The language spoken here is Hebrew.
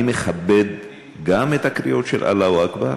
אני מכבד גם את הקריאות של "אללהו אכבר"